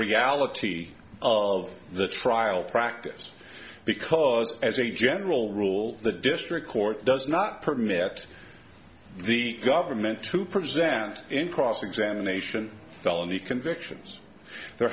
reality of the trial practice because as a general rule the district court does not permit the government to present in cross examination felony convictions there